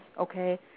okay